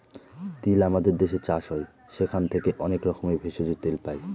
তিল আমাদের দেশে চাষ হয় সেখান থেকে অনেক রকমের ভেষজ, তেল পাই